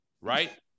Right